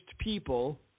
people